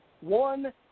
one